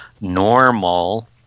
normal